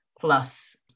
plus